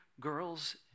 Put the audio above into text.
girls